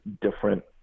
different